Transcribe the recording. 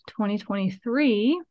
2023